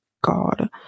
God